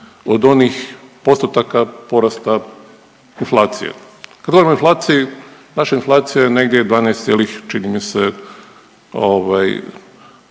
od onih postotaka porasta inflacije. Kad govorimo o inflaciji, naša inflacija je negdje 12 cijelih čini mi se